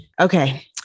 okay